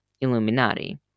Illuminati